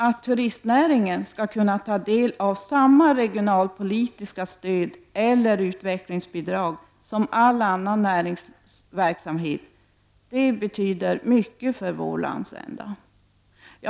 Att turistnäringen ska kunna ta del av samma regionalpolitiska stöd eller utvecklingsbidrag som all annan näringsverksamhet betyder mycket för vår landsända.